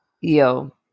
Yo